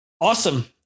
Awesome